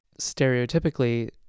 stereotypically